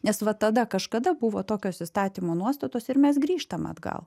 nes va tada kažkada buvo tokios įstatymo nuostatos ir mes grįžtam atgal